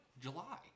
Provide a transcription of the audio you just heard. July